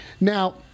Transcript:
now